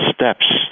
steps